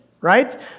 right